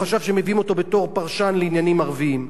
הוא חשב שמביאים אותו בתור פרשן לעניינים ערביים.